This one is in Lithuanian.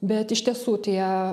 bet iš tiesų tie